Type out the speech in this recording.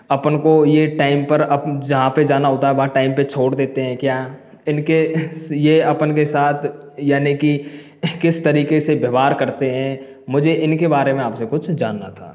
अपन को यह टाइम पर अब जहाँ पे जाना होता है वहाँ टाइम पे वहाँ छोड़ देते हैं क्या इनके यह अपन के साथ यानी कि किस तरीके से व्यवहार करते हैं मुझे इनके बारे में आपसे कुछ जानना था